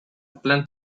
plan